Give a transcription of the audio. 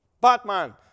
Batman